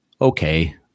okay